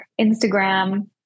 Instagram